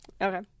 okay